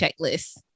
checklist